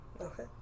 Okay